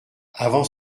avant